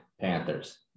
Panthers